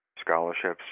scholarships